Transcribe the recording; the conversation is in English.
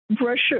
Russia